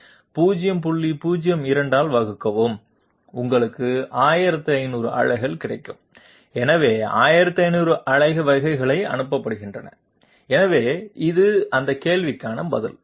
02 ஆல் வகுக்கவும் உங்களுக்கு 1500 அலை கிடைக்கும் எனவே 1500 அலை வகைகள் அனுப்பப்படுகின்றன எனவே இது அந்த கேள்விக்கான பதில்